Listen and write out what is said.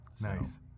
Nice